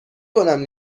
کنم